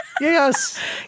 Yes